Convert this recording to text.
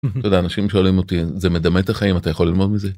אתה יודע אנשים שואלים אותי זה מדמה את החיים אתה יכול ללמוד מזה.